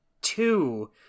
two